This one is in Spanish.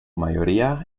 mayoría